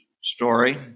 story